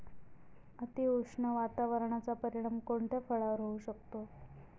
अतिउष्ण वातावरणाचा परिणाम कोणत्या फळावर होऊ शकतो?